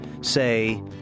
Say